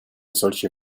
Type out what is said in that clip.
solche